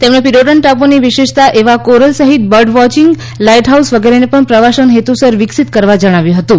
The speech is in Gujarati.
તેમણે પિરોટન ટાપૂની વિશેષતા એવા કોરલ સહિત બર્ડવોચિંગ લાઇટ હાઉસ વગેરેને પણ પ્રવાસન હેતુસર વિકસીત કરવા જણાવ્યું હતું